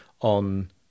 on